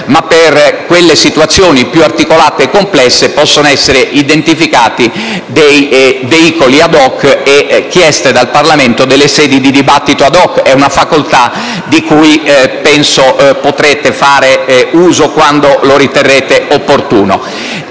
ma per le situazioni più articolate e complesse possono essere identificati dei veicoli *ad hoc* e chieste dal Parlamento delle sedi di dibattito *ad hoc.* È una facoltà di cui penso potrete fare uso quando lo riterrete opportuno.